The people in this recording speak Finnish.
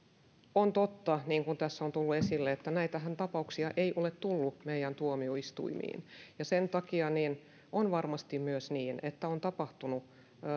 on totta niin kuin tässä on tullut esille että näitä tapauksiahan ei ole tullut meidän tuomioistuimiin sen takia on varmasti myös niin että on tapahtunut